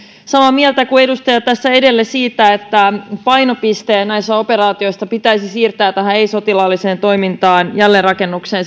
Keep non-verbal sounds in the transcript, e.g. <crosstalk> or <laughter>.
samaa mieltä kuin edustaja tässä edellä siitä että painopiste näissä operaatioissa pitäisi siirtää ei sotilaalliseen toimintaan jälleenrakennukseen <unintelligible>